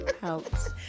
Helps